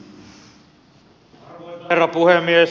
arvoisa herra puhemies